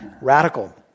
radical